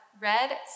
red